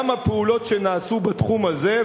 גם הפעולות שנעשו בתחום הזה,